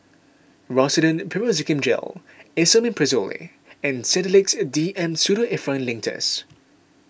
Rosiden Piroxicam Gel Esomeprazole and Sedilix D M Pseudoephrine Linctus